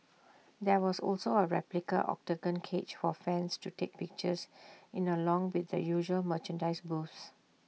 there was also A replica Octagon cage for fans to take pictures in along with the usual merchandise booths